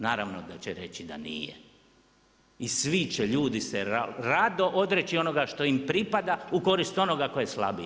Naravno da će reći da nije, i svi će ljudi se rado odreći onoga što im pripada u korist onoga tko je slabiji.